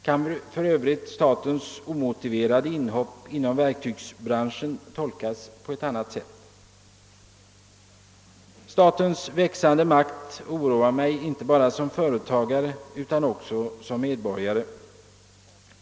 Kan för övrigt statens omotiverade inhopp inom verktygsbranschen tolkas på annat sätt? Statens växande makt oroar mig inte bara som företagare utan också som medborgare.